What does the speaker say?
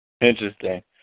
Interesting